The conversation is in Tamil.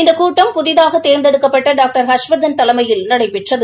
இந்த கூட்டம் புதிதாக தேர்ந்தெடுக்கப்பட்ட டாக்டர் ஹர்ஷவர்தன் தலைமையில் நடைபெற்றது